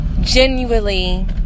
genuinely